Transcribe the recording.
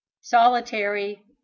solitary